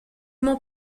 mon